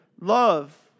love